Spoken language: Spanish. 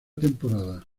temporada